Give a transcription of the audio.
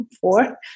four